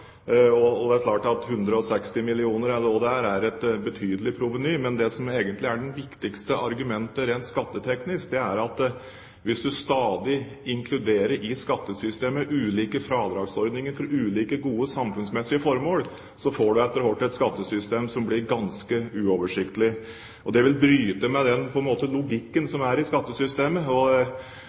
over tid. Det er klart at 160 mill. kr – eller hva det nå er – er et betydelig proveny. Men det som egentlig er det viktigste argumentet rent skatteteknisk, er at hvis du stadig inkluderer i skattesystemet ulike fradragsordninger for ulike gode samfunnsmessige formål, får du etter hvert et skattesystem som blir ganske uoversiktlig. Og det vil bryte med den logikken som er i skattesystemet. Jeg tror nok at enhver finansminister, både jeg og